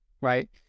right